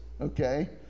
Okay